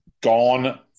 Gone